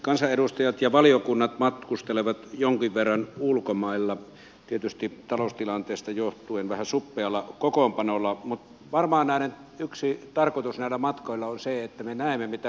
kansanedustajat ja valiokunnat matkustelevat jonkin verran ulkomailla tietysti taloustilanteesta johtuen vähän suppealla kokoonpanolla mutta varmaan yksi tarkoitus näillä matkoilla on se että me näemme mitä ulkomaailmassa tapahtuu